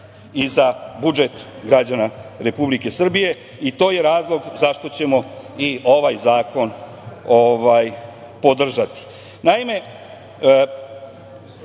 i za budžet građana Republike Srbije i to je razlog zašto ćemo i ovaj zakon podržati. Naime,